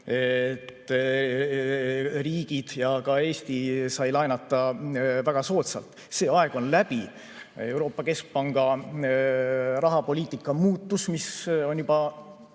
riigid ja ka Eesti on saanud laenata väga soodsalt. See aeg on läbi. Euroopa Keskpanga rahapoliitika muutus, mis on juba